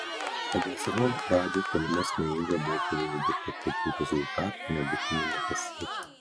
pagal sezono pradžią ir tolimesnę eigą buvo akivaizdu kad tokių rezultatų nebūtumėme pasiekę